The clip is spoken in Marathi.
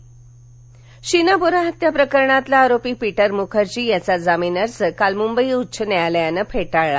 जामीन शीना बोरा हत्या प्रकरणातील आरोपी पीटर मुखर्जी याचा जामीन अर्ज काल मुंबई उच्च न्यायालयानं फेटाळला